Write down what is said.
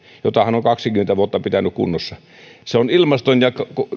jota hän on kaksikymmentä vuotta pitänyt kunnossa se on ilmaston ja